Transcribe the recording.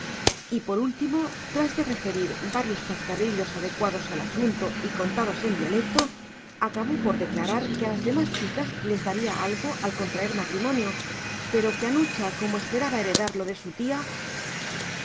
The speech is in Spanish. y por último tras de referir varios chascarrillos adecuados al asunto y contados en dialecto acabó por declarar que a las demás chicas les daría algo al contraer matrimonio pero que a nucha como esperaba heredar lo de su tía